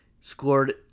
scored